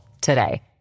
today